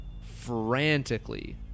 frantically